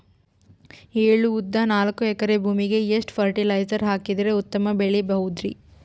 ಎಳ್ಳು, ಉದ್ದ ನಾಲ್ಕಎಕರೆ ಭೂಮಿಗ ಎಷ್ಟ ಫರಟಿಲೈಜರ ಹಾಕಿದರ ಉತ್ತಮ ಬೆಳಿ ಬಹುದು?